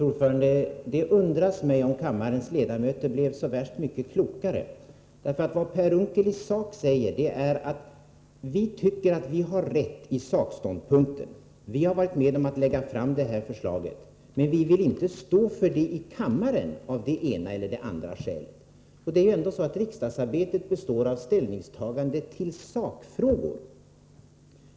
Fru talman! Jag undrar om kammarens ledamöter blev så värst mycket klokare, för vad Per Unckel i sak säger är: Vi tycker att vi har rätt i sakståndpunkten. Vi har varit med om att lägga fram det här förslaget, men vi vill inte stå för det i kammaren av det ena eller det andra skälet. Det är ändå så att riksdagsarbetet består av ställningstaganden i sakfrågor.